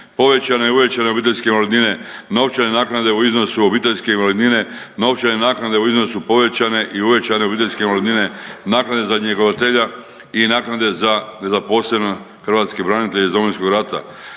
povećane i uvećane obiteljske invalidnine, novčane naknade u iznosu obiteljske invalidnine, novčane naknade u iznosu povećanje i uvećane obiteljske invalidnine, naknade za njegovatelja i naknade za nezaposlene hrvatske branitelje iz Domovinskog rata